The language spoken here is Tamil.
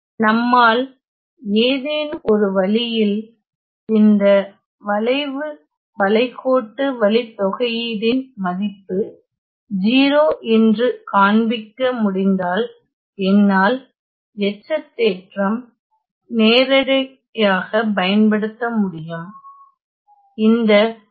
நம்மால் ஏதேனும் ஒரு வழியில் இந்த வளைவு வளைகோட்டு வழித்தொகையீடின் மதிப்பு 0 என்று காண்பிக்க முடிந்தால் என்னால் எச்சத்தேற்றம் நேரடியாக பயன்படுத்த முடியும்